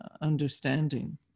understanding